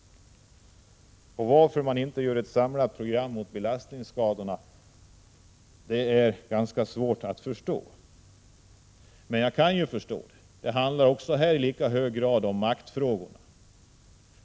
Det är svårt att förstå varför man inte gör ett samlat program mot belastningsskadorna, men jag kan ändå förstå det — det handlar också här i hög grad om makt.